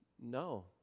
No